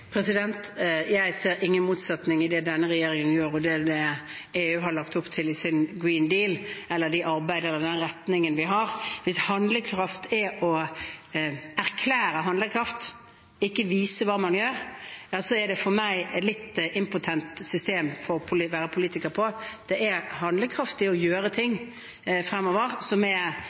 Jeg ser ingen motsetning mellom det denne regjeringen gjør, og det EU har lagt opp til i sin «green deal» – eller det arbeidet og den retningen vi har. Hvis handlekraft er å erklære handlekraft, ikke vise hva man gjør, er det for meg et litt impotent system å være politiker på. Det er handlekraftig å gjøre ting fremover, det er